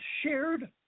shared